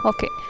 Okay